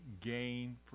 gain